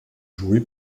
joué